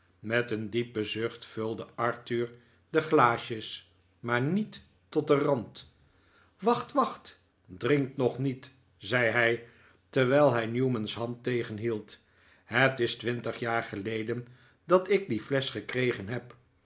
met een diepen zucht vulde arthur de glaasjes maar niet tot den rand wacht wacht drink nog niet zei hij terwijl hij newman's hand tegenhield het is twintig jaar geleden dat ik die flesch gekregen heb